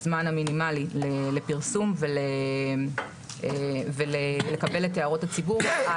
הזמן המינימלי לפרסום ולקבל את הערות הציבור.